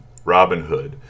Robinhood